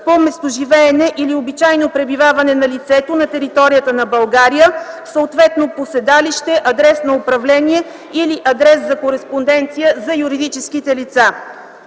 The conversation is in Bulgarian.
по местоживеене или обичайно пребиваване на лицето на територията на България съответно по седалище, адрес на управление или адрес за кореспонденция за юридическите лица.